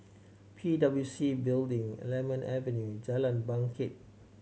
P W C Building Lemon Avenue Jalan Bangket